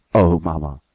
oh, mamma!